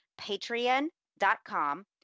patreon.com